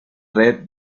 red